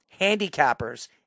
handicappers